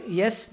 yes